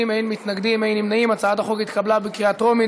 הרחבת הזכות לשעת היעדרות),